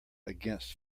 against